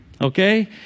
Okay